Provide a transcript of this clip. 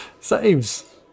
Saves